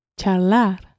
Charlar